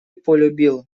полюбил